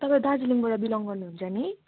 तपाईँ दार्जिलिङबाट बिलङ गर्नुहुन्छ नि